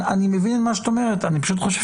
אני מבין את מה שאת אומרת אבל אני פשוט חושב